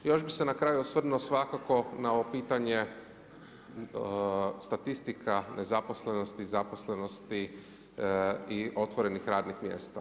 Još bih se na kraju osvrnuo svakako na ovo pitanje statistika nezaposlenosti, zaposlenosti i otvorenih radnih mjesta.